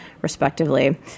respectively